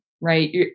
right